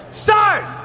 start